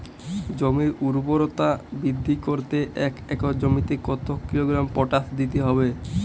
জমির ঊর্বরতা বৃদ্ধি করতে এক একর জমিতে কত কিলোগ্রাম পটাশ দিতে হবে?